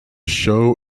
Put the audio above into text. show